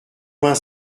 vingt